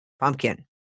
pumpkin